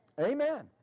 Amen